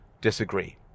disagree